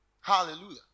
hallelujah